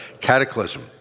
cataclysm